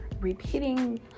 repeating